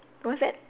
what's that